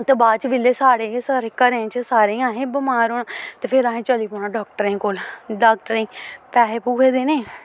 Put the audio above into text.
ते बाद च जेल्लै साढ़े घरें सारें असें बमार होना ते फिर असें चली पौना डाक्टरें कोल डाक्टरें गी पैहे पूहे देने